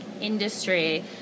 industry